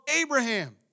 Abraham